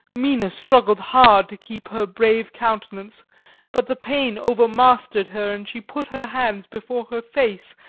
mina struggled hard to keep her brave countenance but the pain overmastered her and she put her hands before her face,